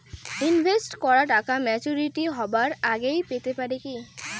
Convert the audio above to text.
Invest করা টাকা maturity হবার আগেই পেতে পারি কি?